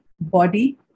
body